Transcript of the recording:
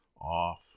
off